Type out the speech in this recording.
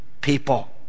people